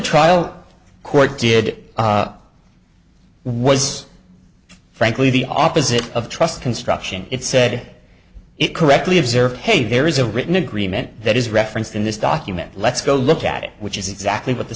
trial court did was frankly the opposite of trust construction it said it correctly observed hey there is a written agreement that is referenced in this document let's go look at it which is exactly what the